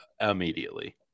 immediately